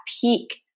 peak